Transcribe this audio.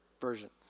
version